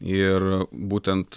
ir būtent